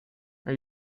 are